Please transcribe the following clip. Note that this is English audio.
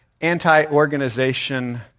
anti-organization